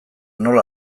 nola